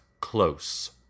close